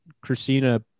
Christina